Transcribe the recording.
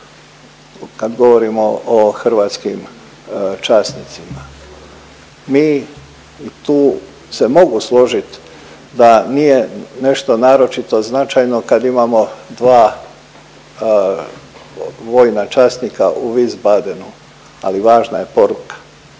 kad govorimo o hrvatskim časnicima. Mi tu se mogu složit da nije nešto naročito značajno kad imamo dva vojna časnika u Wiesbadenu ali važna je poruka.